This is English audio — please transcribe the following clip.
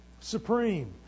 supreme